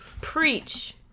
preach